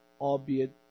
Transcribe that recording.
albeit